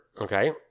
Okay